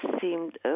seemed